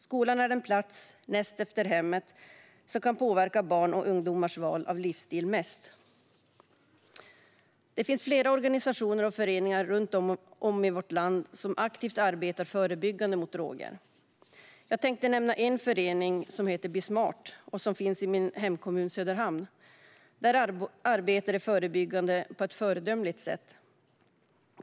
Skolan är den plats, näst efter hemmet, som kan påverka barns och ungdomars val av livsstil mest. Det finns flera organisationer och föreningar runt om i vårt land som aktivt arbetar förebyggande mot droger. Jag tänkte nämna föreningen Be smart i min hemkommun Söderhamn. Där arbetar man förebyggande på ett föredömligt sätt.